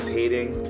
hating